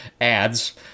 ads